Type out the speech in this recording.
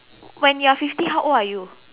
when you're fifty how old are you